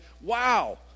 wow